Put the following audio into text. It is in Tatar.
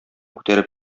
күтәреп